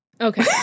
Okay